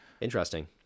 Interesting